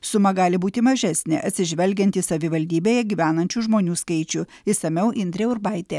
suma gali būti mažesnė atsižvelgiant į savivaldybėje gyvenančių žmonių skaičių išsamiau indrė urbaitė